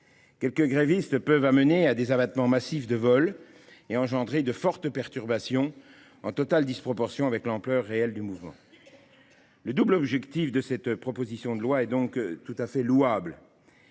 Quelques grévistes peuvent conduire à des abattements massifs de vols et engendrer de fortes perturbations, en totale disproportion avec l'ampleur réelle du mouvement. Le double objectif de cette proposition de loi est donc tout à fait louable